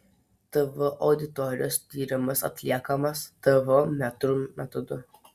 tv auditorijos tyrimas atliekamas tv metrų metodu